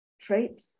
trait